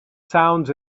sounds